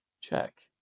Check